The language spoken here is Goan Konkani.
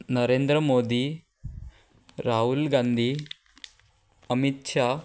नरेंद्र मोदी राहुल गांधी अमित्शा